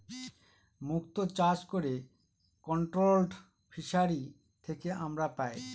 মুক্ত চাষ করে কন্ট্রোলড ফিসারী থেকে আমরা পাই